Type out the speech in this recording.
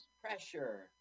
pressure